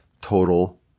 total